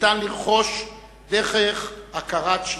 ניתן לרכוש דרך הכרת שטחה.